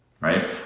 right